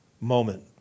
moment